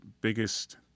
biggest